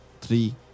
Three